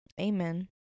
Amen